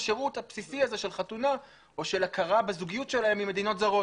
השירות הבסיסי הזה של חתונה או של הכרה בזוגיות שלהם ממדינות זרות,